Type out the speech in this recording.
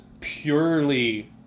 purely